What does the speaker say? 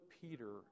Peter